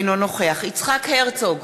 אינו נוכח יצחק הרצוג,